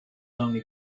only